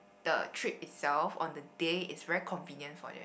the trip itself on the day is very convenience for them